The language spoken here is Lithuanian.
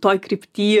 toj krypty